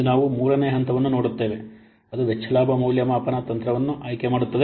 ಇಂದು ನಾವು ಮೂರನೇ ಹಂತವನ್ನು ನೋಡುತ್ತೇವೆ ಅದು ವೆಚ್ಚ ಲಾಭ ಮೌಲ್ಯಮಾಪನ ತಂತ್ರವನ್ನು ಆಯ್ಕೆ ಮಾಡುತ್ತದೆ